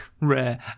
rare